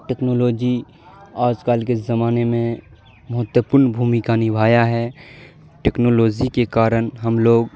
technology آج کل کے زمانے میں مہتوپورن بھومیکا نبھایا ہے ٹیکنالوجی کے کارن ہم لوگ